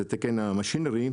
זה תקן המשינרי,